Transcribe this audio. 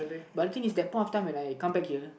but the thing is that point when I come back here